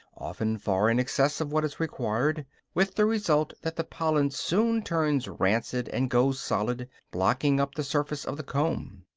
often far in excess of what is required with the result that the pollen soon turns rancid and goes solid, blocking up the surface of the comb.